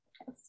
yes